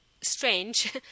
strange